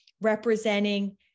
representing